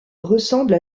ressemble